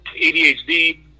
ADHD